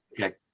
Okay